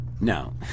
No